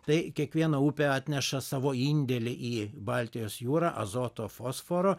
tai kiekviena upė atneša savo indėlį į baltijos jūrą azoto fosforo